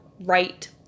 right